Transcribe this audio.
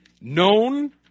Known